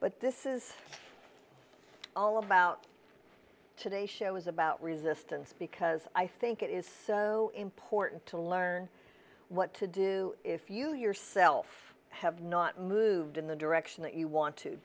but this is all about today show is about resistance because i think it is so important to learn what to do if you yourself have not moved in the direction that you want to